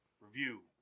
review